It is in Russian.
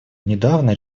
недавно